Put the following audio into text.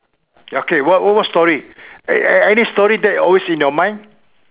okay what what what story an~ any story that always in your mind